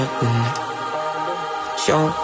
Show